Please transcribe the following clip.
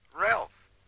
Ralph